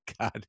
God